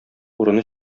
урыны